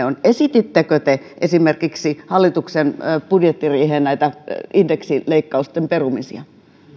on esitittekö te esimerkiksi hallituksen budjettiriihessä näitä indeksileikkausten perumisia